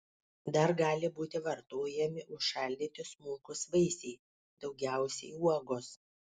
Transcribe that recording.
dar gali būti vartojami užšaldyti smulkūs vaisiai daugiausiai uogos